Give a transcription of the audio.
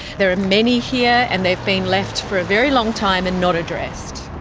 there are many here, and they've been left for a very long time and not addressed.